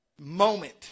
Moment